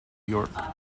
york